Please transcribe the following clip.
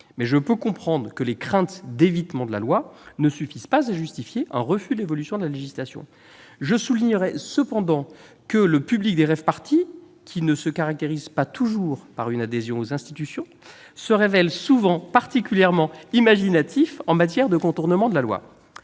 mais je peux comprendre que les craintes d'un évitement de la loi ne suffisent pas à justifier un refus d'évolution de la législation. Je soulignerai cependant que le public des rave-parties, qui ne se caractérise pas toujours par son adhésion aux institutions, ... C'est une litote !... se révèle souvent particulièrement imaginatif en matière de contournement de la loi.